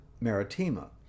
Maritima